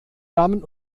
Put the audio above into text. damen